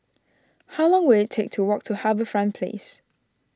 how long will it take to walk to HarbourFront Place